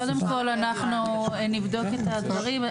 קודם כל, אנחנו נבדוק את הדברים.